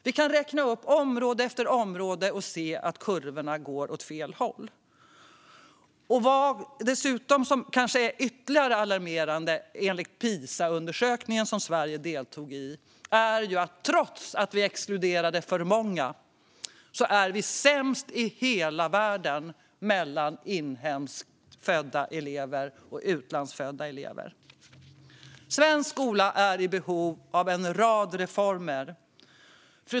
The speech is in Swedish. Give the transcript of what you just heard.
Vi kan räkna upp område efter område och se att kurvorna går åt fel håll. Och vad som kanske är ännu mer alarmerande enligt Pisaundersökningen som Sverige deltog i är att vi är sämst i hela världen när det gäller skillnaderna mellan svenskfödda och utlandsfödda elever, trots att vi exkluderade för många. Fru talman! Svensk skola är i behov av en rad reformer.